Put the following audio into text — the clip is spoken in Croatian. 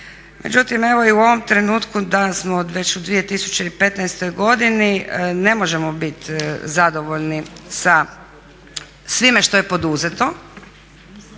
međutim evo i u ovom trenutku da smo već u 2015. godini ne možemo biti zadovoljni sa svime što je poduzeto,